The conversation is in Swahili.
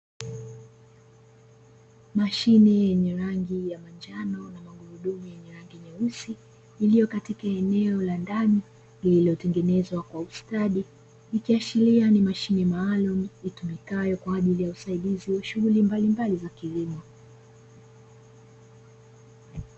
Mashine yenye rangi ya njano na magurudumu yenye rangi nyeusi iliyo katika eneo la ndani lililotengenezwa kwa ustadi, ikiashiria ni mashine maalumu itumikayo kwa ajili ya usaidizi wa shughuli mbalimbali za kilimo.